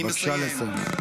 בבקשה לסיים.